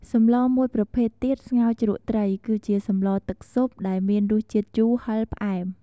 សម្លមួយប្រភេទទៀត ស្ងោរជ្រក់ត្រី គឺជាសម្លរទឹកស៊ុប ដែលមានរសជាតិជូរ ហឹរ ផ្អែម។